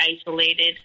isolated